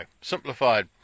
simplified